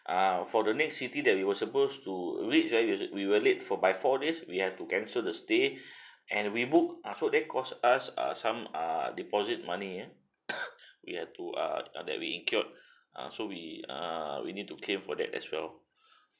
ah for the next city that we were supposed to reach ah we were late for by four days we have to cancel the stay and rebook ah so that cost us uh some ah deposit money ah we have to ah that we incurred ah so we err we need to claim for that as well